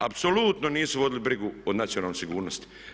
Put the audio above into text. Apsolutno nisu vodili brigu o nacionalnoj sigurnosti.